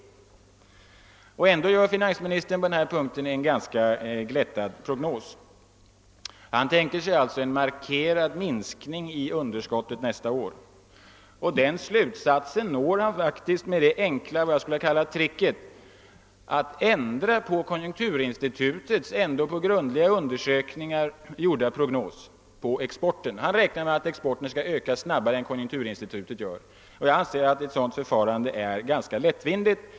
Men ändå ger finansministern på denna punkt en ganska glättad prognos. Han tänker sig en markerad minskning i underskottet nästa år. Denna slutsats når han faktiskt med det vad jag skulle vilja säga enkla tricket att ändra på konjunkturinstitutets ändå på grundliga undersökningar gjorda prognos för exporten. Han räknar med att exporten skall öka snabbare än vad konjunkturinstitutet tror.